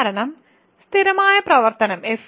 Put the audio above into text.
കാരണം സ്ഥിരമായ പ്രവർത്തനം f